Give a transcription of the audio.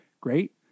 great